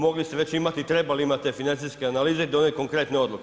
Mogli ste već imati i trebali imati te financijske analize i donijeti konkretne odluke.